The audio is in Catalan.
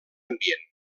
ambient